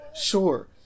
Sure